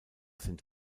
sind